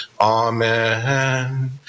Amen